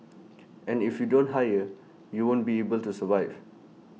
and if you don't hire you won't be able to survive